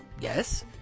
yes